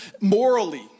morally